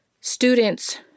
students